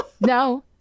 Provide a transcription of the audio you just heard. no